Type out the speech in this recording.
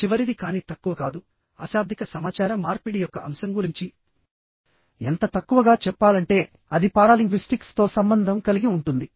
చివరిది కాని తక్కువ కాదు అశాబ్దిక సమాచార మార్పిడి యొక్క అంశం గురించి ఎంత తక్కువగా చెప్పాలంటే అది పారాలింగ్విస్టిక్స్ తో సంబంధం కలిగి ఉంటుంది